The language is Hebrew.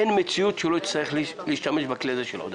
אין מצב שהוא לא יצטרך להשתמש בכלי של העודפים.